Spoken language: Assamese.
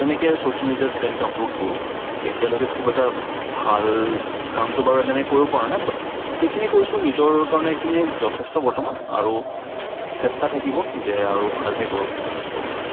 তেনেকৈ ছচিয়েল মিডিয়াত তেনেকৈ আপল'ড কৰোঁ এতিয়ালৈকে খুব এটা ভাল কামতো বাৰু তেনেকৈ কৰিব পৰা নাই বাত যিখিনি কৰিছোঁ নিজৰ কাৰণে এইখিনিয়ে যথেষ্ট বৰ্তমান আৰু চেষ্টা থাকিব যে আৰু ভালহে কৰোঁ যাতে ফিউচাৰত